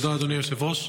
תודה, אדוני היושב-ראש.